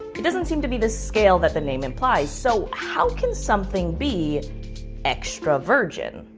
it doesn't seem to be the scale that the name implies so how can something be extra virgin?